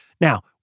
Now